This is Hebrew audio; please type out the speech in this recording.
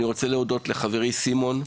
אני רוצה להודות לחברי סימון,